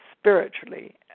spiritually